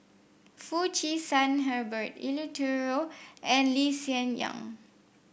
Foo Chee San Herbert Eleuterio and Lee Hsien Yang